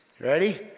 Ready